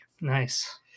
Nice